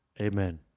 Amen